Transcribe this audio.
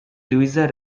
louisa